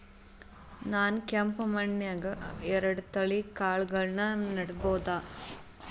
ನಾನ್ ಕೆಂಪ್ ಮಣ್ಣನ್ಯಾಗ್ ಎರಡ್ ತಳಿ ಕಾಳ್ಗಳನ್ನು ನೆಡಬೋದ?